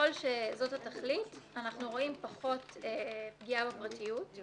שזאת התכלית, אנחנו רואים פחות פגיעה בפרטיות.